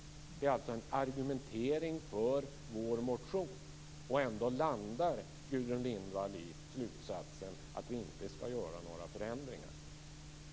Det är alltså en argumentering för vår motion. Ändå landar Gudrun Lindvall i slutsatsen att vi inte skall göra några förändringar.